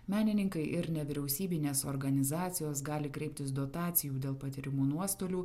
menininkai ir nevyriausybinės organizacijos gali kreiptis dotacijų dėl patiriamų nuostolių